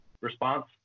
response